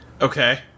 Okay